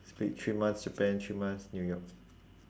split three months japan three months new york